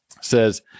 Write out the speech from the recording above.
says